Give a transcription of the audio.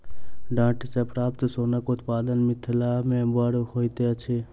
डांट सॅ प्राप्त सोनक उत्पादन मिथिला मे बड़ होइत अछि